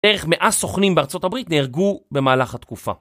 דרך מאה סוכנים בארה״ב נהרגו במהלך התקופה.